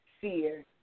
fear